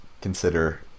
consider